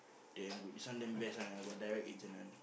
damn good this one damn best one got direct agent one